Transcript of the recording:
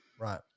Right